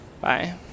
Bye